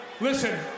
Listen